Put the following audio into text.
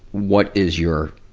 what is your,